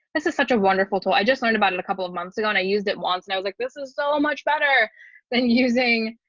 this is such a wonderful tool. i just learned about it a couple of months ago and i used it once and i was like, this is so much better than using